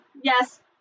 yes